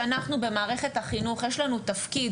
אני חושבת שאנחנו במערכת החינוך יש לנו תפקיד